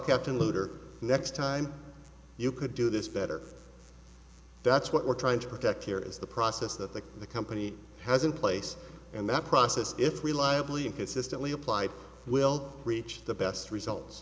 captain lugar next time you could do this better that's what we're trying to protect here is the process that the the company has in place and that process if reliably and consistently applied will reach the best results